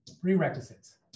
Prerequisites